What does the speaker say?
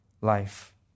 life